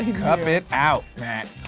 cup it out matt.